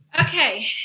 Okay